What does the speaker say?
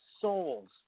souls